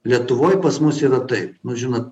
lietuvoj pas mus yra taip nu žinot